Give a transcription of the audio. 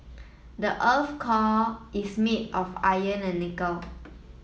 the earth's core is made of iron and nickel